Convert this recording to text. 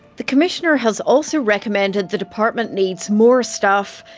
the commissioner has also recommended the department needs more staff,